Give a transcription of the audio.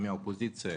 מן האופוזיציה,